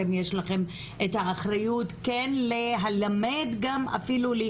אתם יש לכם את האחריות כן ללמד אפילו,